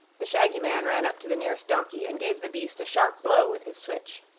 the shaggy man ran up to the nearest donkey and gave the beast a sharp blow with his switch.